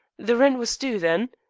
the rent was due, then?